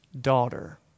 Daughter